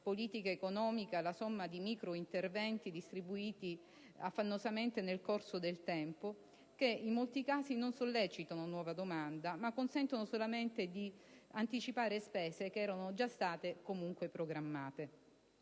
politica economica la somma di microinterventi distribuiti affannosamente nel corso del tempo, che in molti casi non sollecitano nuova domanda, ma consentono solamente di anticipare spese già programmate.